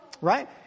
Right